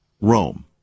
Rome